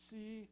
See